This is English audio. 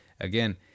again